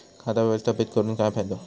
खाता व्यवस्थापित करून काय फायदो?